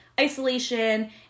isolation